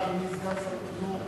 אדוני סגן שר החינוך